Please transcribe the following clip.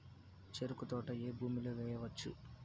చెరుకు తోట ఏ భూమిలో వేయవచ్చు?